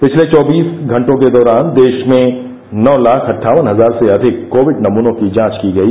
पिछले चौबीस घंटों के दौरान देश में नौ लाख अट्ठावन हजार से अधिक कोविड नमूनों की जांच की गई